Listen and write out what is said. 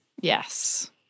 Yes